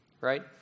right